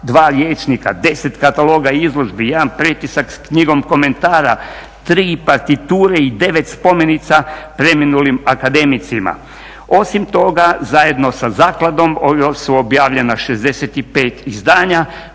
2 rječnika, 10 kataloga i izložbi, 1 pretisak s knjigom komentara, 3 partiture i 9 spomenica preminulim akademicima. Osim toga zajedno sa zakladom su objavljena 65 izdanja